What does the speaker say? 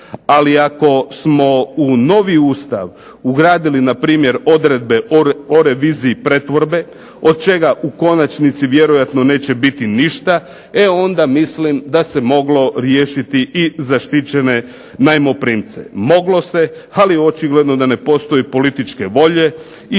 ali ako smo u novi Ustav ugradili npr. odredbe o reviziji pretvorbe od čega u konačnici vjerojatno neće biti ništa, e onda mislim da se moglo riješiti i zaštićene najmoprimce. Moglo se, ali očigledno da ne postoji političke volje i očigledno